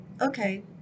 okay